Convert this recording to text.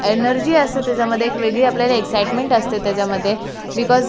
energy असते तेच्यामध्ये एक वेगळी आपल्याला एक्साईटमेंट असते तेच्यामध्ये बिकॉज